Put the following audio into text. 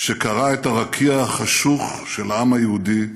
שקרע את הרקיע החשוך של העם היהודי,